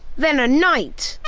then a knight!